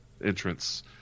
entrance